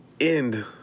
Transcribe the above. end